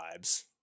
vibes